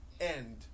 end